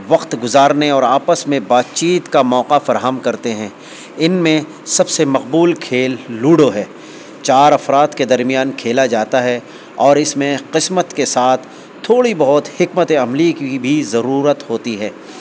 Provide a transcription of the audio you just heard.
وقت گزارنے اور آپس میں بات چیت کا موقع فراہم کرتے ہیں ان میں سب سے مقبول کھیل لوڈو ہے چار افراد کے درمیان کھیلا جاتا ہے اور اس میں قسمت کے ساتھ تھوڑی بہت حکمت عملی کی بھی ضرورت ہوتی ہے